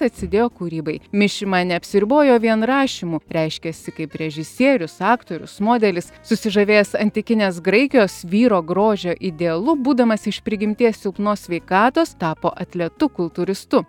atsidėjo kūrybai mišima neapsiribojo vien rašymu reiškėsi kaip režisierius aktorius modelis susižavėjęs antikinės graikijos vyro grožio idealu būdamas iš prigimties silpnos sveikatos tapo atletu kultūristu